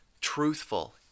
truthful